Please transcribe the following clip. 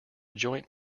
joint